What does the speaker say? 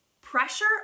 Pressure